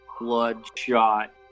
bloodshot